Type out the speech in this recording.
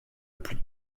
plus